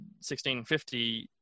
$16.50